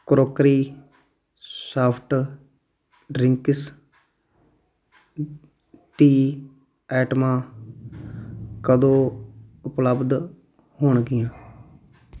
crockery soft drinks tea ਆਈਟਮਾਂ ਕਦੋਂ ਉਪਲੱਬਧ ਹੋਣਗੀਆਂ